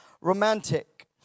romantic